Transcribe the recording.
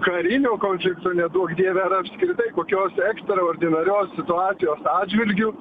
karinio konflikto neduok dieve ar apskritai kokios ekstraordinarios situacijos atžvilgiu